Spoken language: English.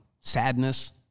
sadness